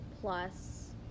plus